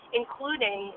including